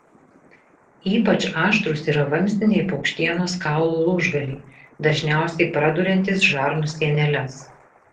ypač aštrūs yra vamzdiniai paukštienos kaulų lūžgaliai dažniausiai praduriantys žarnų sieneles